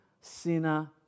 sinner